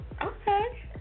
Okay